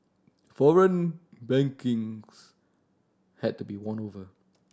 foreign bankings had to be won over